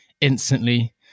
instantly